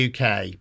UK